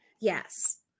yes